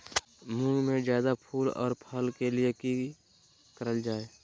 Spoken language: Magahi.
मुंग में जायदा फूल और फल के लिए की करल जाय?